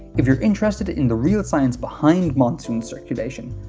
if you're interested in the real science behind monsoon circulation,